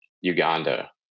Uganda